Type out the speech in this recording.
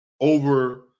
over